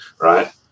right